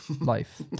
life